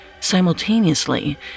Simultaneously